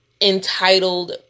entitled